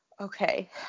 okay